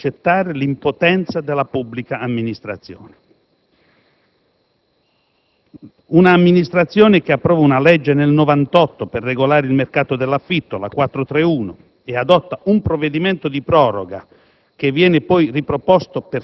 quanto dal rifiuto di accettare l'impotenza della pubblica amministrazione. Se un'amministrazione approva una legge nel 1998 per regolare il mercato dell'affitto, la legge n. 431, e adotta un provvedimento di proroga